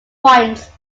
points